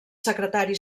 secretari